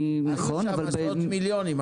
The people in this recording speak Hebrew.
היו שם עשרות מיליונים.